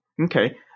okay